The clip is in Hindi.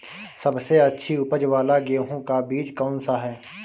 सबसे अच्छी उपज वाला गेहूँ का बीज कौन सा है?